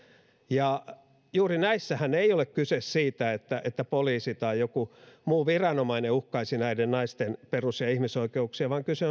juuri näissähän ei ole kyse siitä että että poliisi tai joku muu viranomainen uhkaisi näiden naisten perus ja ihmisoikeuksia vaan kyse